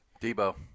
Debo